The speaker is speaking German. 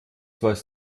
weiß